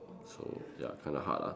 so ya kind of hard ah